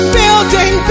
building